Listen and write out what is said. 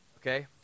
okay